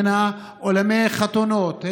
הן אולמות החתונות,